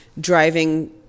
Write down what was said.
driving